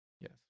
Yes